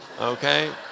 okay